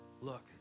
look